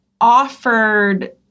offered